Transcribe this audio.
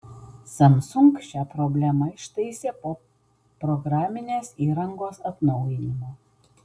samsung šią problemą ištaisė po programinės įrangos atnaujinimo